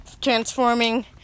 transforming